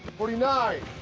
forty nine.